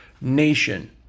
nation